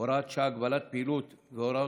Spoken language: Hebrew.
(הוראת שעה) (הגבלת פעילות במקומות עבודה)